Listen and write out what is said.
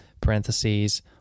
parentheses